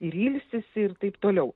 ir ilsisi ir taip toliau